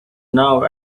now